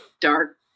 dark